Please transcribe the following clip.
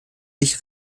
sich